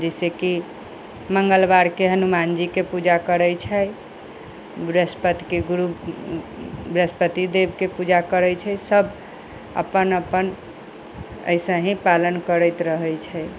जैसेकि मंगलबार के हनुमान जी के पूजा करै छै बृहस्पति के गुरु बृहस्पति देब के पूजा करै छै सब अपन अपन एसे ही पालन करैत रहै छै